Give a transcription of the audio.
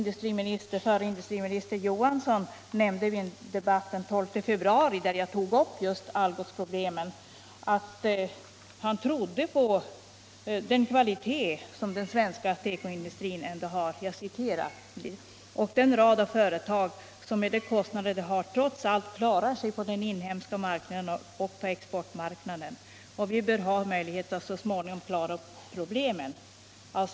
Förre industriministern Johansson nämnde i en debatt den 12 februari, då jag tog upp just Algots problem, att han trodde ”att med den kvalitet som den svenska tekoindustrin ändå har och den rad av företag, som med de kostnader de har trots allt klarar sig på den inhemska marknaden och på exportmarknaden bör vi ha möjligheter att så småningom klara upp problemen”.